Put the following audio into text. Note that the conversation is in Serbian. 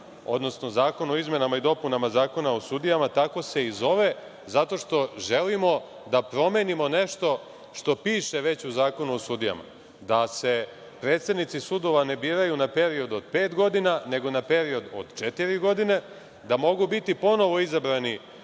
odnosno Zakon o izmenama i dopunama Zakona o sudijama tako se i zove zato što želimo da promenimo nešto što piše već u Zakonu o sudijama, da se predsednici sudova ne biraju na period od pet godina, nego na period od četiri godine, da mogu biti ponovo izabrani